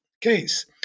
case